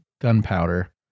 gunpowder